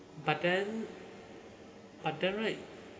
but then but then right